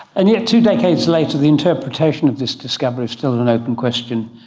and yet two decades later the interpretation of this discovery is still an open question.